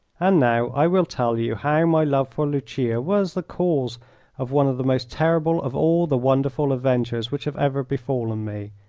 and now i will tell you how my love for lucia was the cause of one of the most terrible of all the wonderful adventures which have ever befallen me,